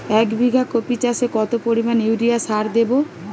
এক বিঘা কপি চাষে কত পরিমাণ ইউরিয়া সার দেবো?